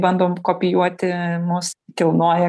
bandom kopijuoti mus kilnoja